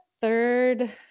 third